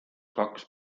kaks